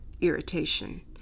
irritation